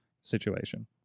situation